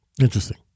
Interesting